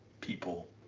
people